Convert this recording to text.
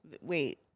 Wait